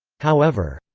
however,